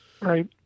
right